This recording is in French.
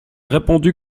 répondu